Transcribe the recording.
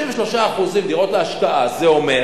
33% דירות להשקעה, זה אומר